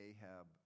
Ahab